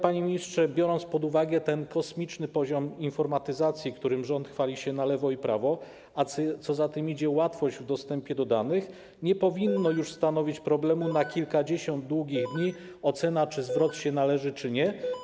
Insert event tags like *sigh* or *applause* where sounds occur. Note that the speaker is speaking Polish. Panie ministrze, biorąc pod uwagę kosmiczny poziom informatyzacji, którym rząd chwali się na lewo i prawo, oraz - co za tym idzie - łatwy dostęp do danych, *noise* nie powinna już stanowić problemu trwającego kilkadziesiąt długich dni ocena, czy zwrot się należy, czy nie.